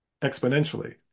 exponentially